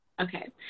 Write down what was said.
Okay